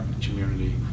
community